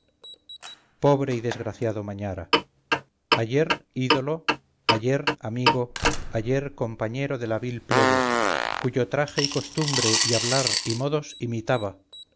pobre y desgraciado mañara ayer ídolo ayer amigo ayer compañero de la vil plebe cuyo traje y costumbre y hablar y modos imitaba